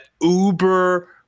Uber